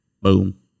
Boom